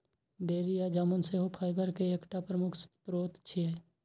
बेरी या जामुन सेहो फाइबर के एकटा प्रमुख स्रोत छियै